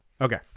Okay